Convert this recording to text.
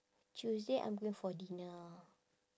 tuesday I'm going for dinner